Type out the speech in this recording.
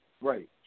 Right